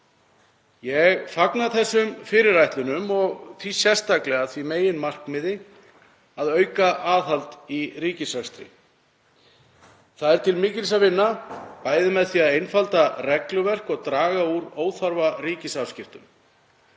Ég fagna þessum fyrirætlunum og sérstaklega því meginmarkmiði að auka aðhald í ríkisrekstri. Það er til mikils að vinna, bæði með því að einfalda regluverk og draga úr óþarfa ríkisafskiptum.